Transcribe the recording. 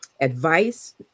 advice